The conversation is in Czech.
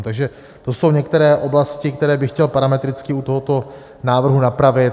Takže to jsou některé oblasti, které bych chtěl parametricky u tohoto návrhu napravit.